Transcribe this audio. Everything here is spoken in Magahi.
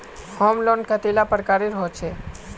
होम लोन कतेला प्रकारेर होचे?